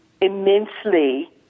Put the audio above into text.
immensely